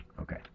Okay